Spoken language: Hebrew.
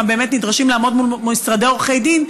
נדרשים לעמוד מול משרדי עורכי דין,